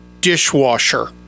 dishwasher